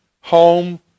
home